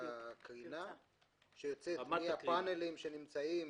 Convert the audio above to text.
רמת הקרינה שיוצאת מן הפנלים שנמצאים